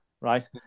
Right